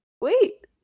wait